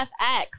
FX